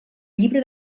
llibre